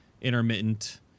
intermittent